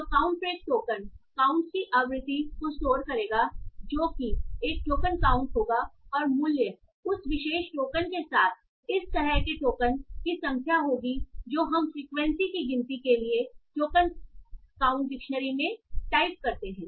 तो count freq token counts की आवृत्ति को स्टोर करेगा जो कि एक टोकन काउंट होगा और मूल्य उस विशेष टोकन के साथ इस तरह के टोकन की संख्या होगी जो हम फ्रिक्वेंसी की गिनती के लिए टोकन काउंट डिक्शनरी में टाइप करते हैं